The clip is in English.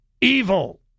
evil